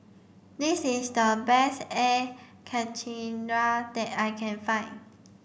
this is the best air Karthira that I can find